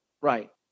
Right